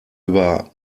über